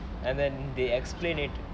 and then they explain it